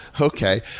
okay